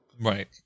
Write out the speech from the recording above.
Right